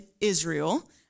Israel